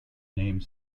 name